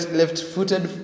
left-footed